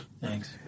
thanks